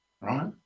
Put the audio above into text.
right